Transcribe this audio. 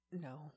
No